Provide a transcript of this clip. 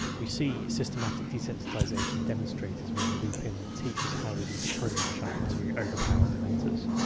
we see systematic desensitisation demonstrated when lupin teaches harry the patronus charm to overpower dementors.